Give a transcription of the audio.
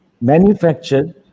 manufactured